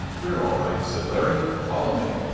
we're all right, said larry. follow me.